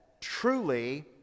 Truly